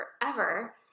forever